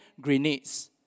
grenades